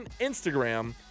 Instagram